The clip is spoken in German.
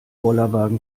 bollerwagen